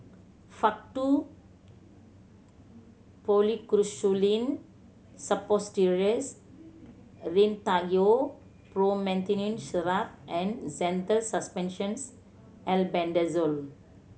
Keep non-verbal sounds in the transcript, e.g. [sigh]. Faktu Policresulen Suppositories [hesitation] Rhinathiol Promethazine Syrup and Zental Suspensions Albendazole